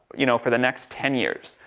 you know, for the next ten years,